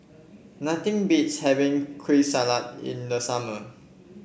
nothing beats having Kueh Salat in the summer